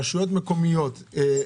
רשויות מקומיות,